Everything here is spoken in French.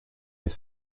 les